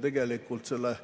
Tegelikult selle